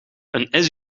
een